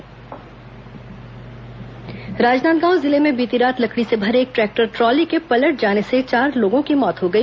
दुर्घटना राजनांदगांव जिले में बीती रात लकड़ी से भरे एक ट्रैक्टर ट्रॉली के पलट जाने से चार लोगों की मौत हो गई